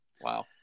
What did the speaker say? Wow